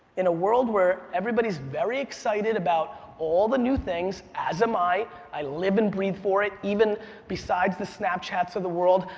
in a world where everybody's very excited about all the new things, as am i, i live and breathe for it, even besides the snapchats of the world,